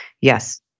Yes